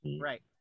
Right